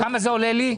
כמה זה עולה לי?